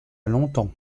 longtemps